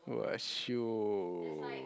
!wah! shiok